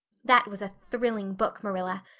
that was a thrilling book, marilla.